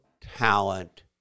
talent